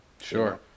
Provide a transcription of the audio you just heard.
Sure